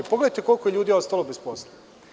Pogledajte, koliko je ljudi ostalo bez posla.